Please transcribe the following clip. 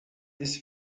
this